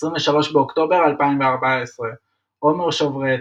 23 באוקטובר 2014 עומר שוברט,